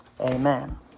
amen